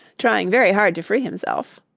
trying very hard to free himself.